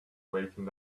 waiting